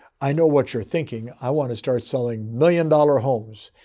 i know what you're thinking. i want to start selling million-dollar homes.